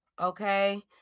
okay